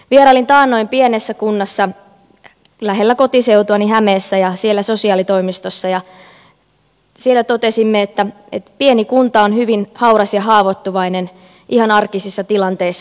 vierailin taannoin pienessä kunnassa lähellä kotiseutuani hämeessä ja siellä sosiaalitoimistossa ja siellä totesimme että pieni kunta on hyvin hauras ja haavoittuvainen ihan arkisissa tilanteissa